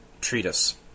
treatise